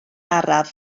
araf